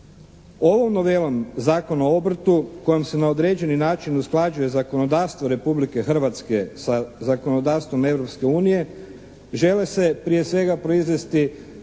Ovom novelom Zakona o obrtu kojom se na određeni način usklađuje zakonodavstvo Republike Hrvatske sa zakonodavstvom Europske unije žele se prije svega proizvesti